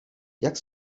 jak